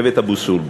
שבט אבו סולב.